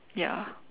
ya